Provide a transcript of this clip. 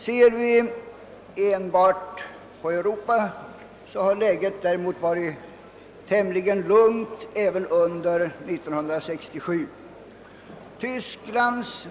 Ser vi enbart på Europa visar det sig däremot att läget varit tämligen lugnt även under 1967.